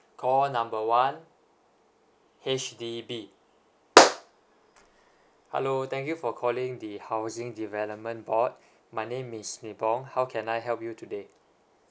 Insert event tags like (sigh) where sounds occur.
call number one H_D_B (noise) hello thank you for calling the housing development board my name is nibong how can I help you today